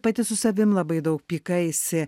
pati su savim labai daug pykaisi